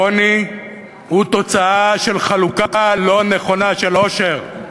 עוני הוא תוצאה של חלוקה לא נכונה של עושר.